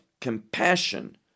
compassion